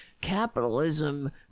capitalism